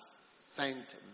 sent